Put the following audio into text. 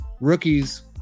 Rookies